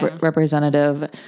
Representative